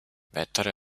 weitere